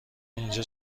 اینجا